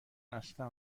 اصلا